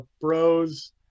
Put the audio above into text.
Bros